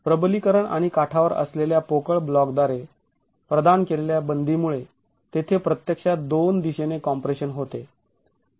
प्रबलीकरण आणि काठावर असलेल्या पोकळ ब्लॉक द्वारे प्रदान केलेल्या बंदीमुळे तेथे प्रत्यक्षात दोन दिशेने कॉम्प्रेशन होते